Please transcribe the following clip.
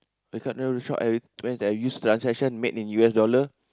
the card I when did I use transaction made in U_S dollar